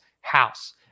house